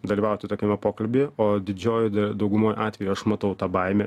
dalyvauti tokiame pokalbyje o didžiojoj da daugumoj atvejų aš matau tą baimę